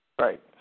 Right